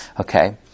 okay